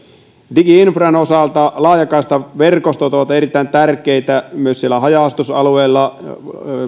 digi infran osalta laajakaistaverkostot ovat erittäin tärkeitä myös siellä haja asutusalueella